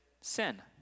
sin